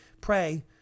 pray